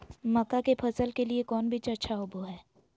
मक्का के फसल के लिए कौन बीज अच्छा होबो हाय?